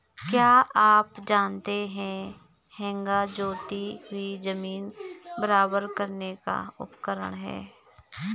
क्या आप जानते है हेंगा जोती हुई ज़मीन बराबर करने का उपकरण है?